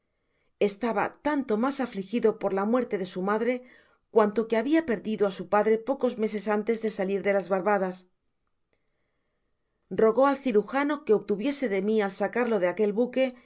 estaba tanto mas afligido por la muerte de su madre cuanto que habia perdido á su padre pocos meses antes de salir de las barbadas rogó al cirujano que obtuviese de mi el sacarlo de aquel buque